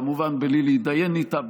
כמובן בלי להידיין איתה,